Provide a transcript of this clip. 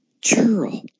churl